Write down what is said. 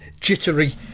jittery